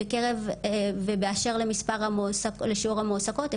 באשר לשיעור המועסקות,